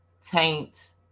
taint